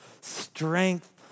strength